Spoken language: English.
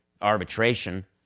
Arbitration